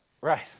Right